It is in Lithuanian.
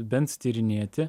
bent tyrinėti